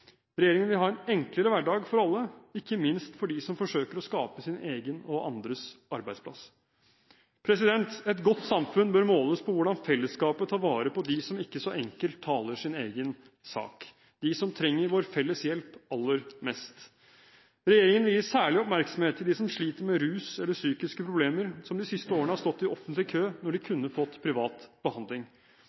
Regjeringen vil ha en enklere hverdag for alle, ikke minst for dem som forsøker å skape sin egen og andres arbeidsplass. Et godt samfunn bør måles på hvordan fellesskapet tar vare på dem som ikke så enkelt taler sin egen sak – de som trenger vår felles hjelp aller mest. Regjeringen vil gi særlig oppmerksomhet til dem som sliter med rus eller psykiske problemer, som de siste årene har stått i offentlig kø når de kunne fått privat behandling.